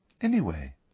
Anyway